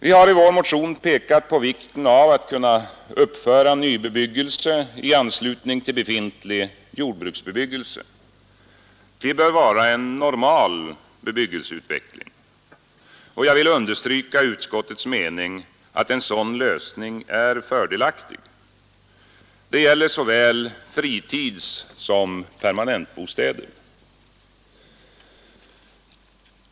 Vi har i vår motion pekat på vikten av att kunna uppföra nybebyggelse i anslutning till befintlig jordbruksbebyggelse. Detta bör vara en normal bebyggelseutveckling. Jag vill understryka utskottets mening att en sådan lösning är fördelaktig. Det gäller såväl fritidsoch permanentbostäder.